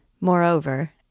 Moreover